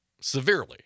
severely